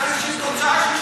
אלא זו איזו תוצאה של,